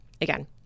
Again